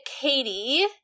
Katie